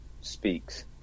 speaks